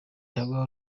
cyangwa